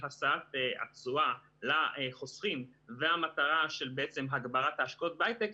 השאת התשואה לחוסכים והמטרה של הגברת ההשקעות בהיי-טק